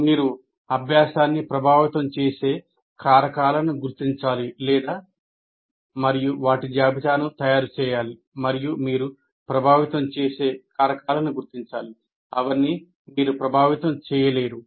మీరు అభ్యాసాన్ని ప్రభావితం చేసే కారకాలను గుర్తించాలి మరియు వాటి జాబితాను తయారు చేయాలి మరియు మీరు ప్రభావితం చేసే కారకాలను గుర్తించాలి అవన్నీ మీరు ప్రభావితం చేయలేరు